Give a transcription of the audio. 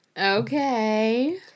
Okay